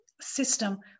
system